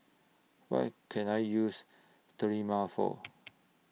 What Can I use Sterimar For